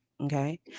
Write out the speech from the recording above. Okay